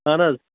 اہن حظ